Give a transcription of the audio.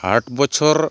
ᱟᱴ ᱵᱚᱪᱷᱚᱨ